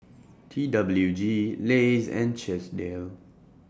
T W G Lays and Chesdale